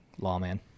lawman